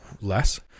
less